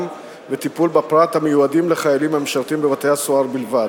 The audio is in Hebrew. וטיפול בפרט המיועדים לחיילים המשרתים בבתי-הסוהר בלבד.